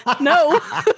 no